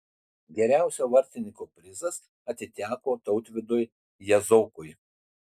geriausio vartininko prizas atiteko tautvydui jazokui